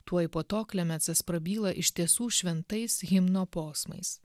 tuoj po to klemensas prabyla iš tiesų šventais himno posmais